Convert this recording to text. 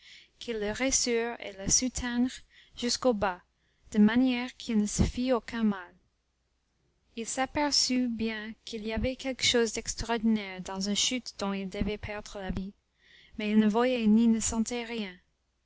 qu'ils le reçurent et le soutinrent jusqu'au bas de manière qu'il ne se fit aucun mal il s'aperçut bien qu'il y avait quelque chose d'extraordinaire dans une chute dont il devait perdre la vie mais il ne voyait ni ne sentait rien